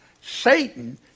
Satan